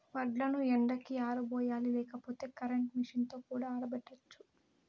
వడ్లను ఎండకి ఆరబోయాలి లేకపోతే కరెంట్ మెషీన్ తో కూడా ఆరబెట్టచ్చు